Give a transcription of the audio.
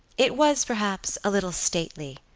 it was, perhaps, a little stately.